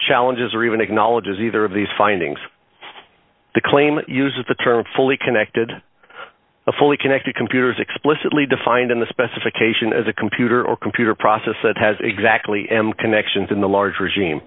challenges or even acknowledges either of these findings the claimant uses the term fully connected a fully connected computers explicitly defined in the specification as a computer or computer process that has exactly m connections in the large regime